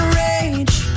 rage